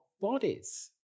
bodies